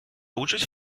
участь